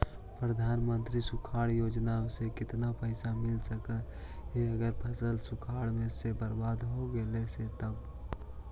प्रधानमंत्री सुखाड़ योजना से केतना पैसा मिल सकले हे अगर फसल सुखाड़ से बर्बाद हो गेले से तब?